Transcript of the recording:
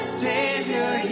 savior